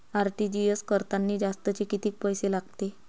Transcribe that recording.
RTGS करतांनी जास्तचे कितीक पैसे लागते?